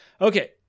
Okay